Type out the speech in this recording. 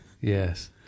Yes